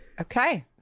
Okay